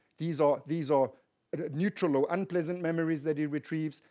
these ah these are neutral or unpleasant memories that he retrieves,